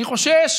אני חושש